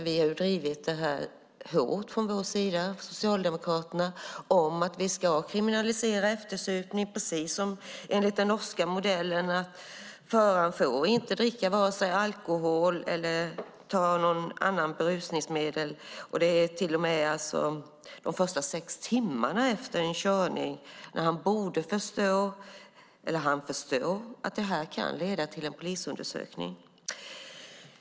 Vi socialdemokrater har drivit frågan om att kriminalisera eftersupning hårt, alltså att genomföra den norska modellen som innebär att föraren varken får dricka alkohol eller ta andra berusningsmedel under de första sex timmarna efter en körning. Han borde förstå, eller förstår, att det kan leda till en polisundersökning.